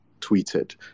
tweeted